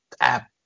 app